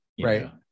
right